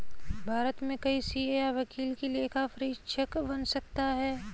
भारत में कोई सीए या वकील ही लेखा परीक्षक बन सकता है